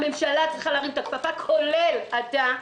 הממשלה צריכה להרים את הכפפה, כולל אתה,